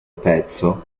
pezzo